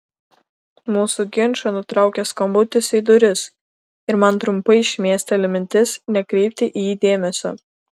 mūsų ginčą nutraukia skambutis į duris ir man trumpai šmėsteli mintis nekreipti į jį dėmesio